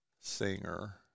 Singer